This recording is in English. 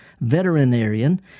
veterinarian